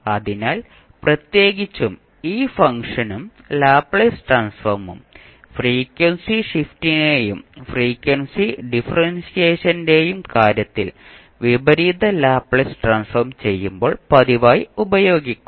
അതിനാൽ പ്രത്യേകിച്ചും ഈ ഫംഗ്ഷനും ലാപ്ലേസ് ട്രാൻസ്ഫോമും ഫ്രീക്വൻസി ഷിഫ്റ്റിന്റെയും ഫ്രീക്വൻസി ഡിഫറൻഷിയേഷന്റെയും കാര്യത്തിൽ വിപരീത ലാപ്ലേസ് ട്രാൻസ്ഫോം ചെയ്യുമ്പോൾ പതിവായി ഉപയോഗിക്കും